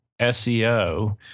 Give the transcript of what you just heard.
SEO